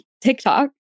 TikTok